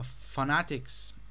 fanatics